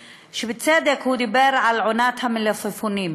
ובצדק הוא דיבר על עונת המלפפונים.